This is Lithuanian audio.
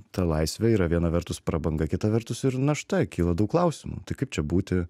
ta laisvė yra viena vertus prabanga kita vertus ir našta kyla daug klausimų tai kaip čia būti